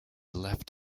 left